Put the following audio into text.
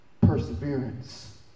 perseverance